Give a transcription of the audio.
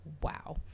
wow